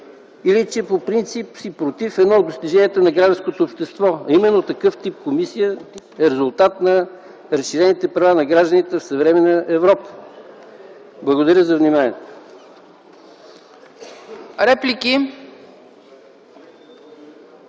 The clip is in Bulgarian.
или че по принцип си против едно от достиженията на гражданското общество. Такъв тип комисия е резултат на разширените права на гражданите в съвременна Европа. Благодаря за вниманието.